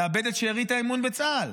לאבד את שארית האמון בצה"ל,